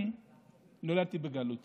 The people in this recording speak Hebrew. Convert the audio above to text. אני נולדתי בגלות